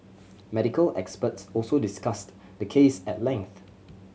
medical experts also discussed the case at length